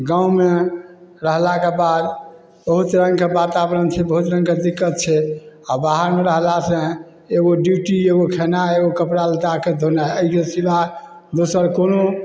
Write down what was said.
गाँवमे रहलाके बाद बहुत रङ्गके बाताबरण छै बहुत रङ्गके दिक्कत छै आ बाहरमे रहला से एगो ड्यूटी एगो खेनाइ एगो कपड़ा लत्ताके धोनाइ एहिके सिवा दोसर कोनो